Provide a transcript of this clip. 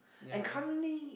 and currently